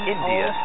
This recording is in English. India